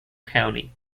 county